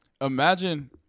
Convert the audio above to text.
Imagine